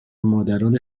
مادران